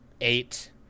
eight